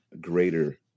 greater